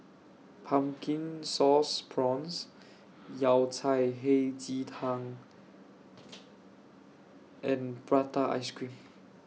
Pumpkin Sauce Prawns Yao Cai Hei Ji Tang and Prata Ice Cream